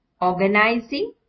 organizing